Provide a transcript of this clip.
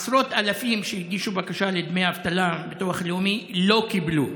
עשרות אלפים שהגישו בקשה לדמי אבטלה מביטוח לאומי לא קיבלו.